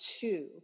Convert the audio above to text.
two